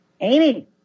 Amy